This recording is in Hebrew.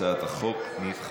הצעת החוק נדחתה.